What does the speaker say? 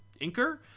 inker